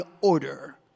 order